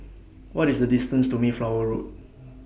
What IS The distance to Mayflower Road